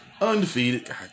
Undefeated